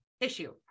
issue